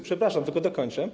Przepraszam, tylko dokończę.